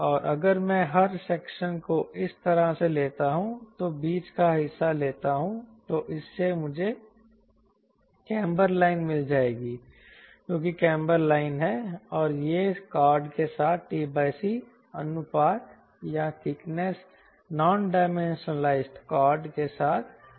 और अगर मैं हर सेक्शन को इस तरह से लेता हूं तो बीच का हिस्सा लेता हूं तो इससे मुझे कैमर लाइन मिल जाएगी जो कि कैमर लाइन है और यह कॉर्ड के साथ t c अनुपात या ठीकनेस नॉनडायमेंशनलाइद कॉर्ड के साथ है